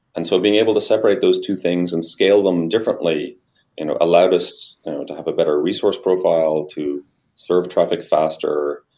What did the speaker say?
and so being able to separate those two things and scale them differently you know allowed us to have a better resource profile to serve traffic faster,